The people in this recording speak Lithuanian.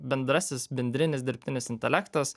bendrasis bendrinis dirbtinis intelektas